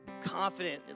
Confident